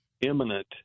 imminent